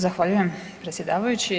Zahvaljujem predsjedavajući.